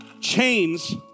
chains